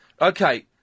okay